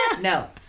No